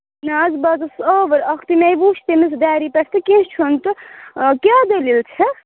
نہ حظ بہٕ ٲسٕس آوٕر اکھتُے میٚے وُچھ تٔمِس ڈیری پیٚٹھ تہِ کیٚنٛہہ چھُنہٕ کیٛاہ دٔلیٖل چھَ